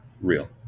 Real